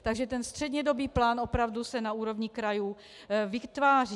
Takže střednědobý plán opravdu se na úrovni krajů vytváří.